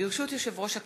ברשות יושב-ראש הכנסת,